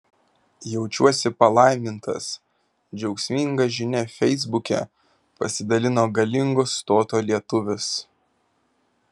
jaučiuosi palaimintas džiaugsminga žinia feisbuke pasidalino galingo stoto lietuvis